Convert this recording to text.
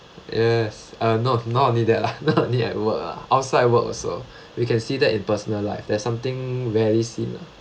yes uh not not only that lah not only at work ah outside work also you can see that in personal life there's something rarely seen ah